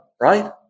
right